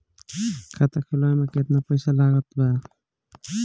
खाता खुलावे म केतना पईसा लागत बा?